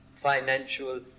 financial